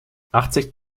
achtzig